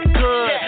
good